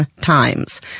times